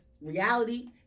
reality